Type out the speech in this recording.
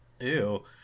ew